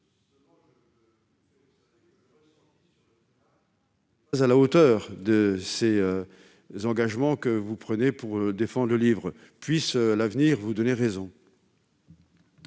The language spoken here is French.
à la hauteur de ces engagements que vous prenez pour défendre le livre. Puisse l'avenir vous donner raison